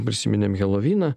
prisiminėm heloviną